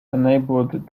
enabled